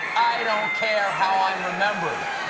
i don't care how i'm remembered.